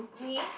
me